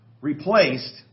replaced